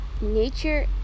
nature